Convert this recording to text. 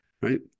right